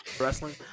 wrestling